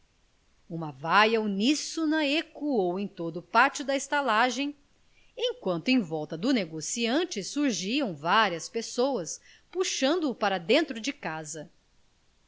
uma vaia uníssona ecoou em todo o pátio da estalagem enquanto em volta do negociante surgiam várias pessoas puxando o para dentro de casa